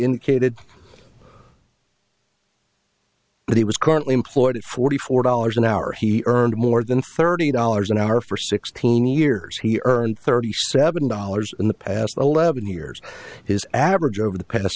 kidded but he was currently employed at forty four dollars an hour he earned more than thirty dollars an hour for sixteen years he earned thirty seven dollars in the past eleven years his average over the past